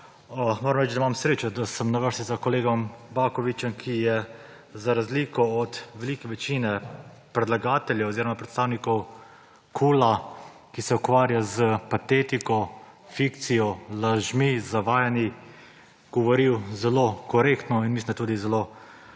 Moram reči, da imam srečo, da sem na vrsti za kolegom Bakovićem, ki je za razliko od velike večine predlagateljev oziroma predstavnikov KUL-a, ki se ukvarja s patetiko, fikcijo, lažmi, zavajanji, govoril zelo korektno in tudi zelo